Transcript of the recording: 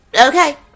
Okay